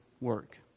work